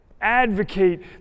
Advocate